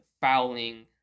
fouling